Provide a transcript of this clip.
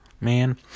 man